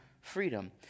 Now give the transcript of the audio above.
freedom